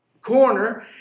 corner